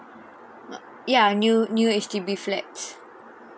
uh ya new new H_D_B flat